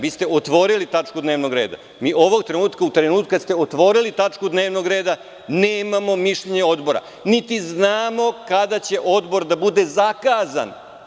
Vi ste otvorili tačku dnevnog reda i ovog trenutka, kada ste otvorili tačku dnevnog reda, nemamo mišljenje Odbora, niti znamo kada će Odbor da bude zakazan.